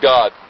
God